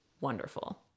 wonderful